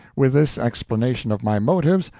with this explanation of my motives,